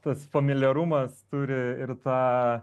tas familiarumas turi ir tą